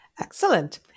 Excellent